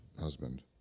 husband